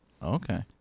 Okay